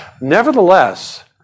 Nevertheless